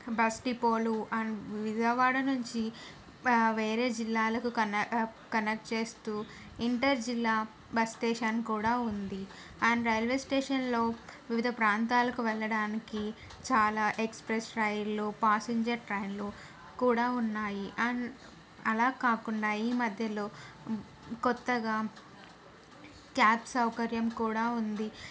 bus డిపోలు and Vijayawada నుంచి వేరే జిల్లాలకు కనెక్ట్ కనెక్ట్ చేస్తూ ఇంటర్ జిల్లా బస్ స్టేషన్ కూడా ఉంది అండ్ రైల్వే స్టేషన్లో వివిధ ప్రాంతాలకు వెళ్లడానికి చాలా ఎక్స్ప్రెస్ రైల్లు పాసింజర్ ట్రైన్లు కూడా ఉన్నాయి అండ్ అలా కాకుండా ఈ మధ్యలో కొత్తగా క్యాబ్ సౌకర్యం కూడా ఉంది